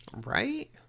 Right